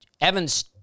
Evan's